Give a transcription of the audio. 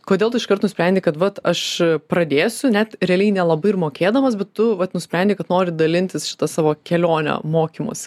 kodėl tu iškart nusprendei kad vat aš pradėsiu net realiai nelabai ir mokėdamas bet tu vat nusprendei kad nori dalintis šita savo kelione mokymosi